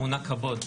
מונה קבו"ד,